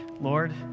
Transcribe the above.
Lord